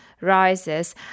rises